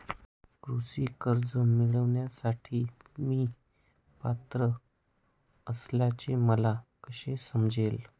कृषी कर्ज मिळविण्यासाठी मी पात्र असल्याचे मला कसे समजेल?